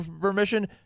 permission